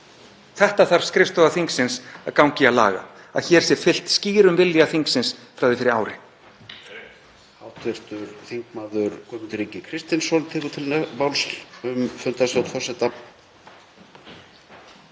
Þetta þarf skrifstofa þingsins að ganga í að laga svo að hér sé fylgt skýrum vilja þingsins frá því fyrir ári.